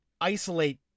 isolate